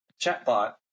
chatbot